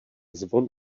zvon